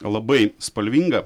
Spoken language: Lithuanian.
labai spalvingą